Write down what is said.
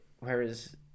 whereas